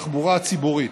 בתחבורה הציבורית,